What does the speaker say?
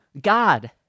God